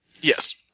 Yes